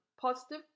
positive